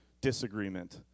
disagreement